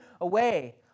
away